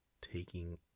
taking